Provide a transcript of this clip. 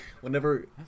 whenever